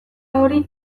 hori